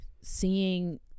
seeing